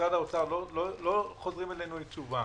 ומשרד האוצר לא חוזר אלינו עם תשובה,